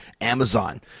Amazon